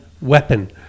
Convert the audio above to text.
weapon